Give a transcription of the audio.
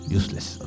useless